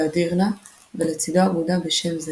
באדירנה, ולצידו אגודה בשם זה,